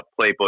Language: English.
playbook